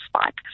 spike